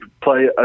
play